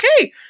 okay